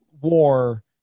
war